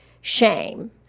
shame